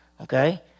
okay